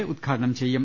A ഉദ്ഘാടനം ചെയ്യും